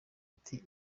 ati